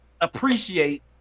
appreciate